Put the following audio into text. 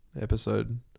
episode